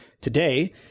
Today